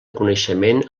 coneixement